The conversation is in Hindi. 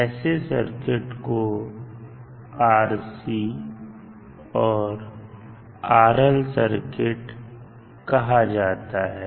ऐसे सर्किट को RC और RL सर्किट कहा जाता है